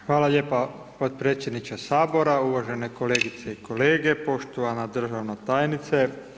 Hvala lijepa potpredsjedniče Sabora, uvažene kolegice i kolege, poštovana državna tajnice.